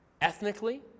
ethnically